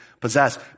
possess